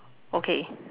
okay